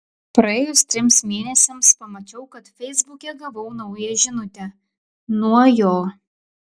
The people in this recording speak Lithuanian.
praėjus trims mėnesiams pamačiau kad feisbuke gavau naują žinutę nuo jo